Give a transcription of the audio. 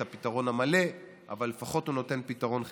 הפתרון המלא אבל לפחות הוא נותן פתרון חלקי.